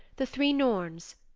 the three norns,